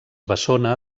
bessona